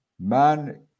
man